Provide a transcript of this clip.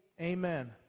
Amen